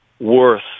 worth